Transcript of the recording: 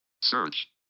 search